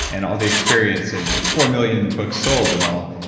and all the experience and four million books sold, and all,